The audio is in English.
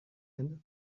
and